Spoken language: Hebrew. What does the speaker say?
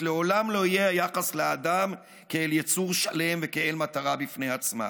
לעולם לא יהיה היחס לאדם כאל יצור שלם וכאל מטרה בפני עצמה,